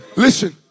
Listen